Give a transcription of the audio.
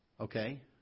Okay